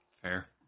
Fair